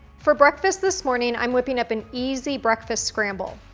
for breakfast this morning, i'm whipping up an easy breakfast scramble.